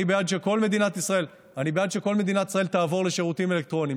אני בעד שכל מדינת ישראל תעבור לשירותים אלקטרוניים.